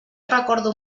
recordo